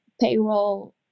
payroll